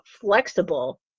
flexible